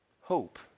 Hope